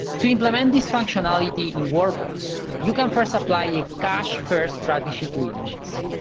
to implement this functionality in workbox, you can first apply your cache-first strategy to images.